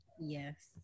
Yes